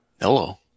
Hello